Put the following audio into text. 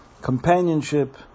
companionship